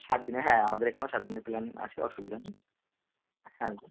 সাত দিন হ্যাঁ আমাদের এখানেও সাত দিনের প্ল্যান আছে অসুবিধা নেই হ্যাঁ আসবেন